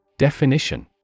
Definition